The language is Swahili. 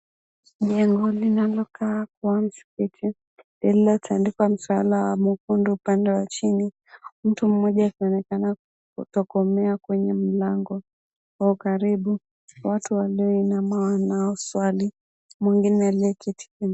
Jengo linalokaa kuwa msikiti, lililotandikwa mswala mwekundu upande wa chini. Mtu mmoja akionekana kutokomea kwenye mlango, kwa ukaribu watu walioinama wanaswali, mwengine aliyeketi pambeni.